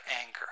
anger